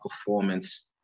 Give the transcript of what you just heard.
performance